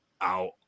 out